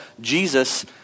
Jesus